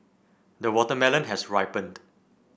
the watermelon has ripened